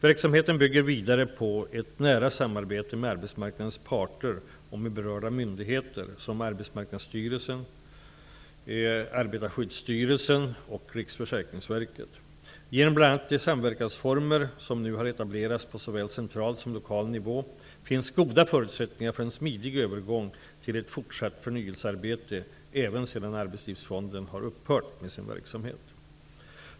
Verksamheten bygger vidare på ett nära samarbete med arbetsmarknadens parter och med berörda myndigheter som Arbetsmarknadsstyrelsen, Riksförsäkringsverket. Genom bl.a. de samverkansformer som nu har etablerats på såväl central som lokal nivå finns goda förutsättningar för en smidig övergång till ett fortsatt förnyelsearbete även sedan Arbetslivsfonden har upphört med sin verksamhet.